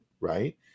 Right